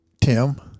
Tim